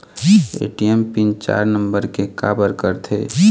ATM pin चार number के काबर करथे?